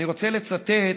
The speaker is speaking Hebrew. אני רוצה לצטט